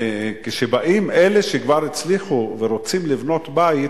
כשבאים אלה שכבר הצליחו ורוצים לבנות בית,